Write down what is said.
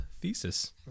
thesis